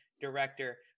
director